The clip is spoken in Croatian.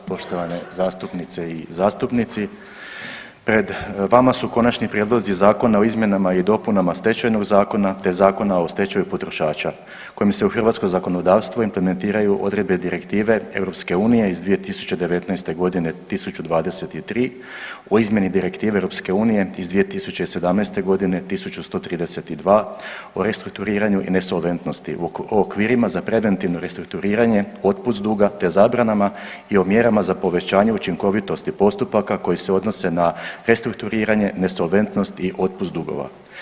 Poštovane zastupnice i zastupnici, pred vama su Konačni prijedlozi Zakona o izmjenama i dopunama Stečajnog zakona te Zakona o stečaju potrošača kojim se u hrvatsko zakonodavstvo implementiraju odredbe Direktive EU iz 2019. godine 1023, o izmjeni Direktive EU iz 2017. godine 1132, o restrukturiranju i nesolventnosti u okvirima za preventivno restrukturiranje, otpust duga te zabrana i o mjerama za povećanje učinkovitosti postupaka koji se odnose na restrukturiranje, nesolventnost i otpust dugova.